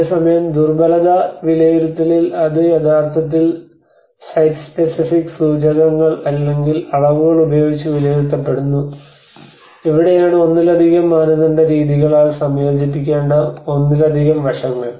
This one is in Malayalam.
അതേസമയം ദുർബലതാ വിലയിരുത്തലിൽ അത് യഥാർത്ഥത്തിൽ സൈറ്റ് സ്പെസിഫിക് സൂചകങ്ങൾ അല്ലെങ്കിൽ അളവുകൾ ഉപയോഗിച്ച് വിലയിരുത്തപ്പെടുന്നു ഇവിടെയാണ് ഒന്നിലധികം മാനദണ്ഡ രീതികളാൽ സംയോജിപ്പിക്കേണ്ട ഒന്നിലധികം വശങ്ങൾ